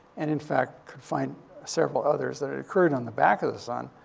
and, in fact, find several others that occurred on the back of the the sun,